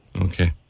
Okay